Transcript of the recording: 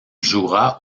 jouera